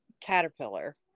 caterpillar